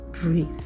breathe